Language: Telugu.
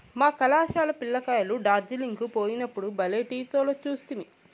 మా కళాశాల పిల్ల కాయలు డార్జిలింగ్ కు పోయినప్పుడు బల్లే టీ తోటలు చూస్తిమి